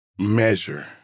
measure